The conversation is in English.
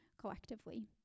collectively